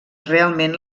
realment